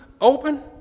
open